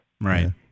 Right